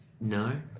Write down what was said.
No